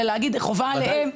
אלא להגיד חובה עליהם